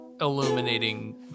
illuminating